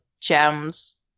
gems